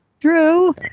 Drew